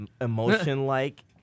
emotion-like